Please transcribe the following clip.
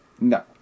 No